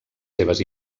seves